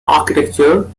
architecture